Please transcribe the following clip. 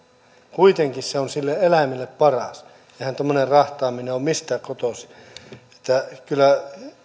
kuitenkin se on sille eläimelle paras eihän tuommoinen rahtaaminen ole mistään kotoisin että kyllä